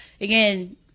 again